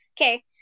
Okay